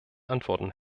antworten